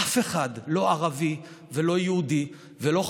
אף אחד, לא ערבי ולא יהודי ולא חרדי,